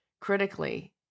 critically